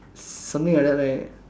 something like that right